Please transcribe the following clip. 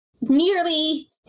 nearly